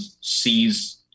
sees